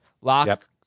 Lock